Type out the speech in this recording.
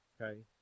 okay